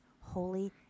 holy